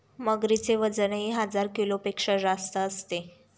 मगरीचे वजनही हजार किलोपेक्षा जास्त असते